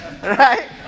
right